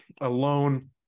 alone